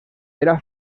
era